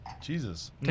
Jesus